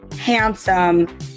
handsome